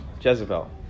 Jezebel